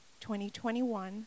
2021